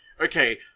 okay